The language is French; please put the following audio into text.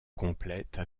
complètes